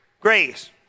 grace